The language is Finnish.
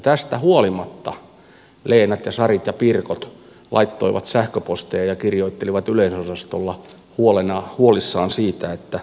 tästä huolimatta leenat ja sarit ja pirkot laittoivat sähköposteja ja kirjoittelivat yleisönosastolla huolissaan siitä kuinka käy